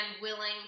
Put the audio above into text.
willing